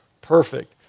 Perfect